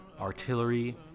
artillery